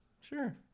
Sure